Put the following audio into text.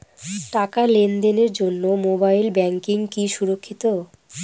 টাকা লেনদেনের জন্য মোবাইল ব্যাঙ্কিং কি সুরক্ষিত?